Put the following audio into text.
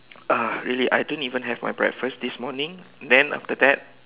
ah really I don't even have my breakfast this morning then after that